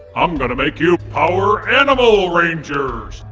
i'm gonna make you power animal rangers!